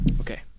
Okay